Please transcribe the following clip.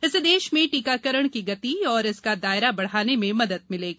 इससे देश में टीकाकरण की गति और इसका दायरा बधाने में मदद मिलेगी